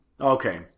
Okay